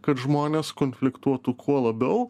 kad žmonės konfliktuotų kuo labiau